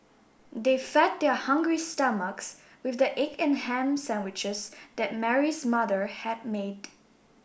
they fed their hungry stomachs with the egg and ham sandwiches that Mary's mother had made